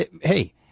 hey